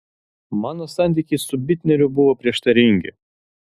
mano santykiai su bitneriu buvo prieštaringi